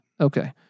Okay